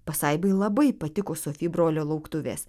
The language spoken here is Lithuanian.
pasaibai labai patiko sofi brolio lauktuvės